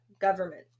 government